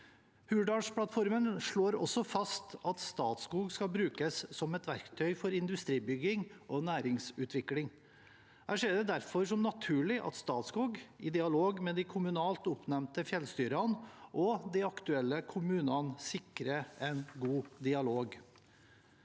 Hurdalsplattformen slår også fast at Statskog skal brukes som et verktøy for industribygging og næringsutvikling. Jeg ser det derfor som naturlig at Statskog, i dialog med de kommunalt oppnevnte fjellstyrene og de aktuelle kommunene, sikrer en god dialog.